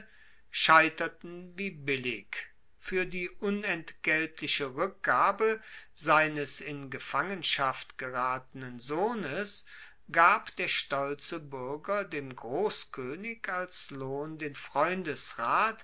scheiterten wie billig fuer die unentgeltliche rueckgabe seines in gefangenschaft geratenen sohnes gab der stolze buerger dem grosskoenig als lohn den